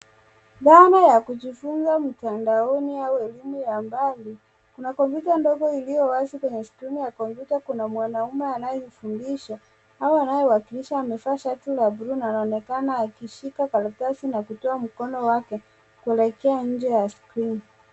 Dhana ya kujifunza mtandaoni au elimu ya mbali kuna kompyuta ndogo iliyowazi kwenye skrini ya kompyuta kuna mwanaume anayefundisha au anayewakilisha amevaa shati la bluu na anaonekana akishika karatasi na kutoa mkono wake kuelekea nje ya skrini.